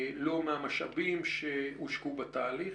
לא מהמשאבים שהושקעו בתהליך.